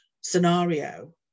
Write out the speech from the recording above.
scenario